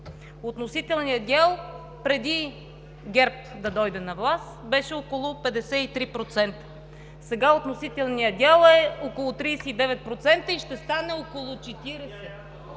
Относителният дял преди ГЕРБ да дойде на власт беше около 53%, сега относителният дял е около 39% и ще стане около 40.